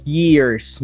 years